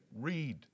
read